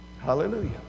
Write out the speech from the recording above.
Hallelujah